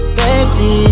baby